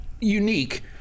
unique